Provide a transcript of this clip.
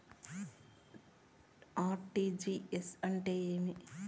RTGS అంటే ఏమి?